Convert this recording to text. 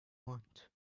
want